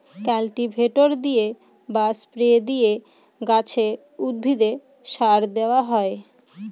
cultivator দিয়ে বা spray দিয়ে গাছে, উদ্ভিদে সার দেওয়া হয়